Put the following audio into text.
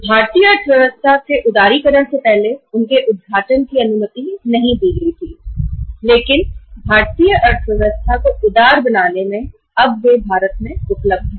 उन्हें भारतीय अर्थव्यवस्था में काम करने की या उदारीकरण करने की अनुमति नहीं थी लेकिन अब यह भारत में भी उपलब्ध है